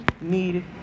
need